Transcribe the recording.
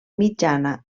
mitjana